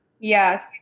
Yes